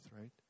right